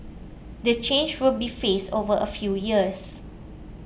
the change will be phased over a few years